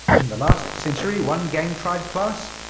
in the last century one gang tried class,